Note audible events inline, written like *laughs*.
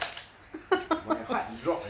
*laughs*